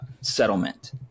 settlement